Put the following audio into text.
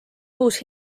uus